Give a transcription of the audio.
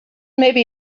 maybe